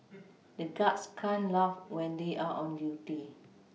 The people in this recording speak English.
the guards can't laugh when they are on duty